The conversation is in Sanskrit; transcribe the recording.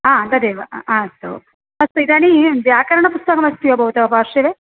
आ तदेव हा अस्तु अस्तु इदानीं व्याकरणपुस्तकमस्ति वा भवतः पार्श्वे